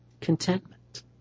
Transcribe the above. contentment